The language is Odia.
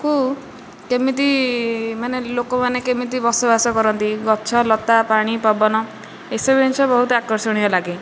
କୁ କେମିତି ମାନେ ଲୋକମାନେ କେମିତି ବସବାସ କରନ୍ତି ଗଛ ଲତା ପାଣି ପବନ ଏସବୁ ଜିନିଷ ବହୁତ ଆକର୍ଷଣୀୟ ଲାଗେ